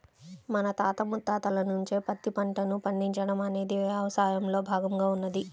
మన తాత ముత్తాతల నుంచే పత్తి పంటను పండించడం అనేది మన యవసాయంలో భాగంగా ఉన్నది